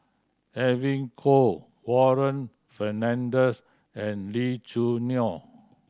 Edwin Koek Warren Fernandez and Lee Choo Neo